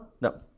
No